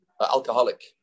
alcoholic